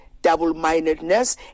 double-mindedness